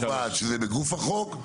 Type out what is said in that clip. זה בגוף החוק.